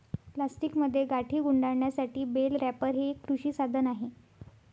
प्लास्टिकमध्ये गाठी गुंडाळण्यासाठी बेल रॅपर हे एक कृषी साधन आहे